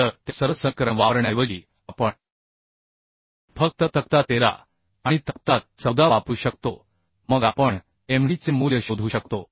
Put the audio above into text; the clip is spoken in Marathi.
तर त्या सर्व समीकरण वापरण्याऐवजी आपण फक्त तक्ता 13 आणि तक्ता 14 वापरू शकतो मग आपण md चे मूल्य शोधू शकतो